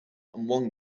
one